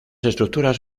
estructuras